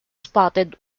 spotted